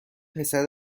پسر